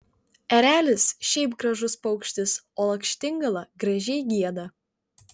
erelis šiaip gražus paukštis o lakštingala gražiai gieda